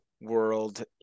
world